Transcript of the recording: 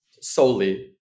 Solely